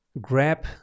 Grab